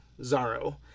zaro